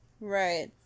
Right